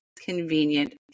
convenient